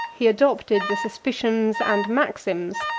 he adopted the suspicions and maxims,